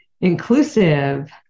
Inclusive